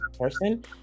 person